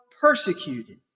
persecuted